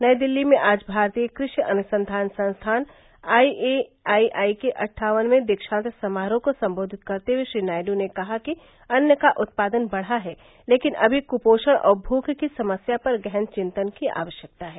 नई दिल्ली में आज भारतीय कृषि अनुसंधान संस्थान आईएआइआई के अट्ठावनयें दीक्षांत समारोह को संबोधित करते हुए श्री नायडू ने कहा कि अन्न का उत्पादन बढ़ा है लेकिन अर्भा कुपोषण और भूख की समस्या पर गहन चिंतन की आवश्यकता है